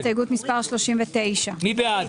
רוויזיה על הסתייגות מס' 4. מי בעד,